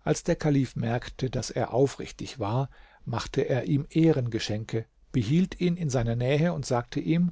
als der kalif merkte daß er aufrichtig war machte er ihm ehrengeschenke behielt ihn in seiner nähe und sagte ihm